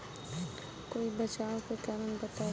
कोई बचाव के कारण बताई?